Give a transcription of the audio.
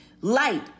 light